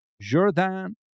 Jordan